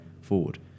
forward